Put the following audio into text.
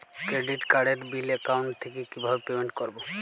Credit কার্ডের bill account থেকে কিভাবে পেমেন্ট করবো?